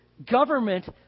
Government